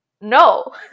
no